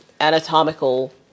anatomical